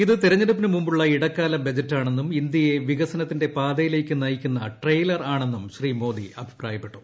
ഇത് തിരഞ്ഞെടുപ്പിന് മുമ്പുള്ള ഇടക്കാല ബജറ്റാണെന്നും ഇന്ത്യയെ വികസനത്തിന്റെ പാതയിലേക്കു നയിക്കുന്ന ട്രെയിലർ ആണെന്നും ശ്രീ മോദി അഭിപ്രായപ്പെട്ടു